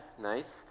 Nice